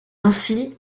ainsi